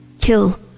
Kill